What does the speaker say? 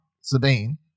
Sabine